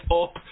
up